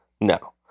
No